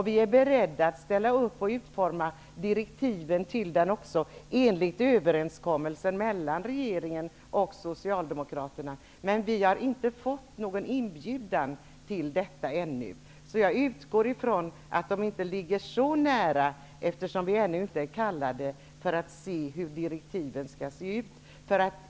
Vi är beredda att ställa upp och utforma direktiven också, enligt överenskommelsen mellan regeringen och Socialdemokraterna. Men vi har inte fått någon inbjudan till detta ännu. Jag utgår från att tidpunkten inte är så nära, eftersom vi ännu inte har blivit kallade för att se hur direktiven skall se ut.